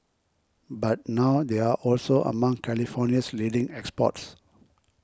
but now they are also among California's leading exports